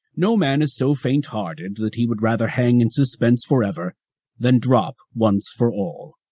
no man is so faint-hearted that he would rather hang in suspense forever than drop once for all.